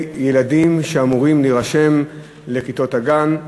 ילדים שאמורים להירשם לכיתות הגן,